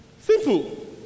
Simple